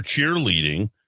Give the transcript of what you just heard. cheerleading